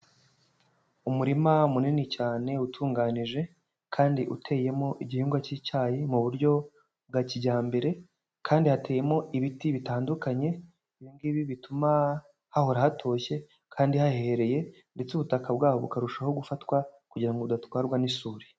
Umurima munini cyane utunganije, kandi uteyemo igihingwa cy'icyayi mu buryo bwa kijyambere, kandi hateyemo ibiti bitandukanye. Ibingibi bituma hahora hatoshye kandi hahereye, ndetse ubutaka bwaho bukarushaho gufatwa kugira ngo budatwarwa n'isuri.